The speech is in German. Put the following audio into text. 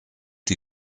die